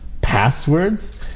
passwords